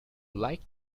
like